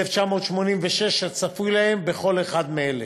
התשמ"ו 1986, הצפוי להם, בכל אחד מאלה: